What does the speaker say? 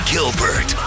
Gilbert